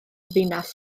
ddinas